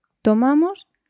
Tomamos